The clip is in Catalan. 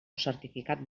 certificat